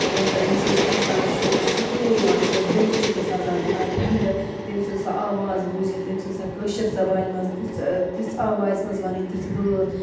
یَتھ ییٚمہِ سۭتۍ اِنسانَس چھُ سکوٗن یِوان اَمہِ سۭتۍ دِل چھُ گژھان زَن ٹھَنٛڈٕ تٔمۍ سٕنٛز سۄ آواز بوٗزِتھ تٔمۍ سٕنٛز سۄ کٲشِر زَبانہِ مَنٛز تِژھٕ تِژھٕ آوازِ منٛز وَنٕنۍ تِتھ بٲتھ